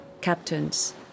captains